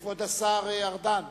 כבוד השר ארדן.